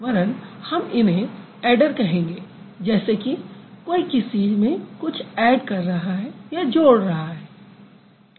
वरन हम इन्हें ऐडर कहेंगे जैसे कि कोई किसी में कुछ add कर रहा है या जोड़ रहा है